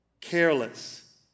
careless